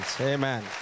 Amen